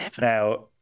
Now